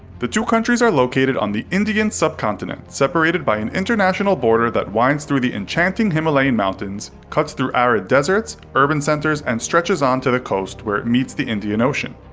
the two countries are located on the indian subcontinent, separated by an international border that winds through the enchanting himalayan mountains, cuts through arid deserts, urban centers, and stretches on to the coast where it meets the indian ocean.